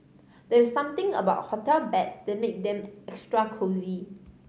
there's something about hotel beds that make them extra cosy